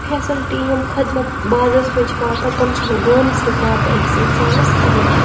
facility یِم خدمَت بازرَس منٛز چھِ واتان تِم چھِنہٕ گامَس منٛز واتان أکِس اِنسانَس کِہیٖنۍ